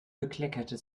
bekleckert